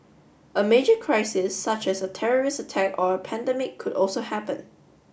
a major crisis such as a terrorist attack or a pandemic could also happen